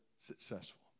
successful